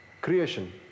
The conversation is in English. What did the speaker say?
Creation